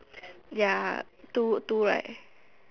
ya two two right